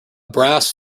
brass